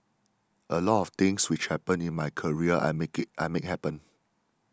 a lot of things which happened in my career I made it I made happen